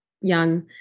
young